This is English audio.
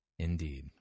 indeed